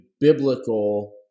biblical